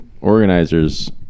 organizers